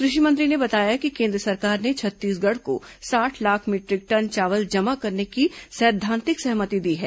कृषि मंत्री ने बताया कि केन्द्र सरकार ने छत्तीसगढ़ को साठ लाख मीटरिक टन चावल जमा करने की सैद्धांतिक सहमति दी है